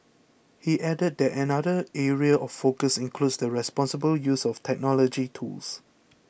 he added that another area of focus includes the responsible use of technology tools